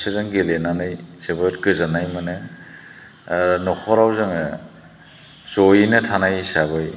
बिसोरजों गेलेनानै जोबोद गोजोननाय मोनो आरो न'खराव जोङो जयैनो थानाय हिसाबै